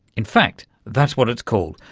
in fact that's what it's called,